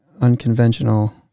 unconventional